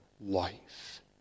life